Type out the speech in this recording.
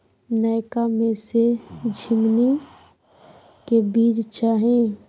नयका में से झीमनी के बीज चाही?